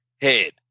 head